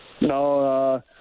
No